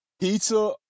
pizza